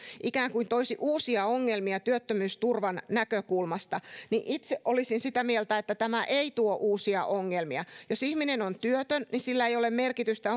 ikään kuin toisivat uusia ongelmia työttömyysturvan näkökulmasta mutta itse olisin sitä mieltä että tämä ei tuo uusia ongelmia jos ihminen on työtön sillä ei ole merkitystä